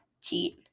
cheat